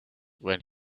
when